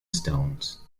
stones